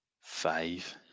five